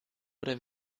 oder